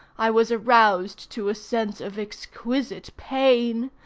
i was aroused to a sense of exquisite pain.